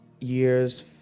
year's